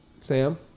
Sam